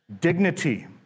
dignity